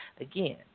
Again